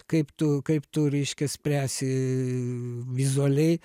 kaip tu kaip tu reiškia spręsi vizualiai